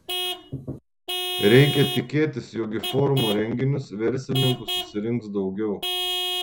reikia tikėtis jog į forumo renginius verslininkų susirinks daugiau